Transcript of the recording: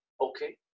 okay